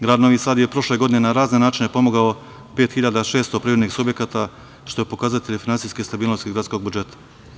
Grad je prošle godine na razne načine pomogao 5.600 privrednih subjekata što je pokazatelj finansijske stabilnosti gradskog budžeta.